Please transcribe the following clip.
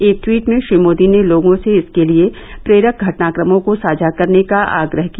एक टवीट में श्री मोदी ने लोगों से इसके लिए प्रेरक घटनाक्रमों को साझा करने का आग्रह किया